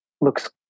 looks